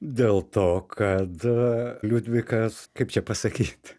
dėl to kad liudvikas kaip čia pasakyt